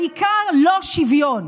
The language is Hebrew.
העיקר, לא שוויון.